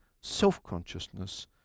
self-consciousness